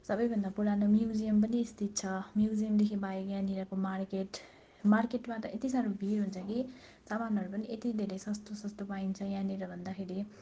सबैभन्दा पुरानो म्युजियम पनि अवस्थित छ म्युजियमदेखि बाहेक यहाँनिरको मार्केट मार्केटमा त यति यति साह्रो भिड हुन्छ कि सामानहरू पनि यति धेरै सस्तो सस्तो पाइन्छ यहाँनिर भन्दाखेरि